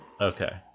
okay